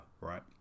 right